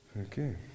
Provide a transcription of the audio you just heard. Okay